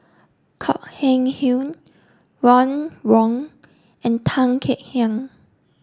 Kok Heng Leun Ron Wong and Tan Kek Hiang